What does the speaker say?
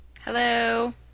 Hello